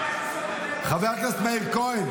חבר הכנסת מאיר כהן.